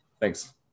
Thanks